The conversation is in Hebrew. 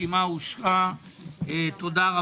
המסים משרד האוצר ירושלים הנדון: אישור מוסדות ציבור לעניין